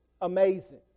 amazing